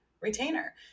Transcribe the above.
retainer